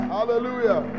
Hallelujah